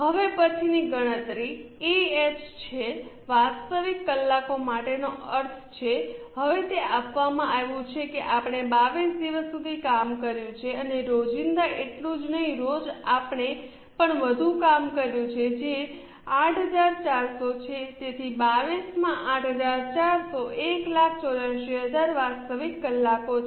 હવે પછીની ગણતરી એએચ છે વાસ્તવિક કલાકો માટેનો અર્થ છે હવે તે આપવામાં આવ્યું છે કે આપણે 22 દિવસ સુધી કામ કર્યું છે અને રોજિંદા એટલું જ નહીં રોજ આપણે પણ વધુ કામ કર્યું છે જે 8400 છે તેથી 22 માં 8400 184800 વાસ્તવિક કલાકો છે